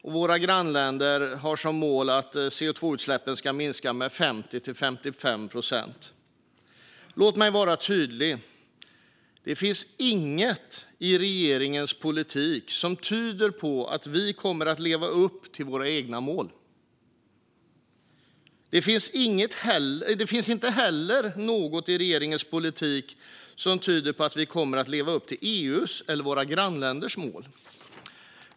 Och våra grannländer har som mål att CO2-utsläppen ska minska med 50-55 procent. Låt mig vara tydlig! Det finns inget i regeringens politik som tyder på att vi kommer att leva upp till våra egna mål. Det finns inte heller något i regeringens politik som tyder på att vi kommer att leva upp till EU:s eller våra grannländers mål.